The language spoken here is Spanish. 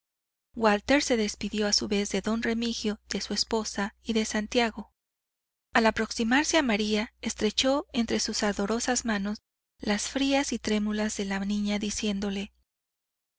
walter se despidió a su vez de don remigio de su esposa y de santiago al aproximarse a maría estrechó entre sus ardorosas manos las frías y trémulas de la niña diciéndole